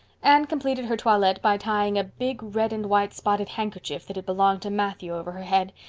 anne completed her toilet by tying a big red and white spotted handkerchief that had belonged to matthew over her head,